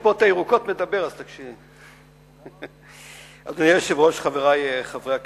אדוני היושב-ראש, חברי חברי הכנסת,